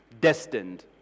destined